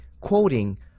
quoting